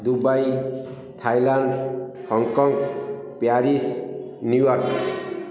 Dubai Thailand Hong Kong Paris New York